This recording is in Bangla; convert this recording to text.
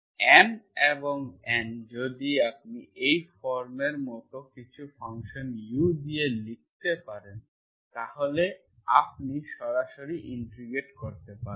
M এবং N যদি আপনি এই ফর্মের মতো কিছু ফাংশন u দিয়ে লিখতে পারেন তাহলে আপনি সরাসরি ইন্টিগ্রেট করতে পারেন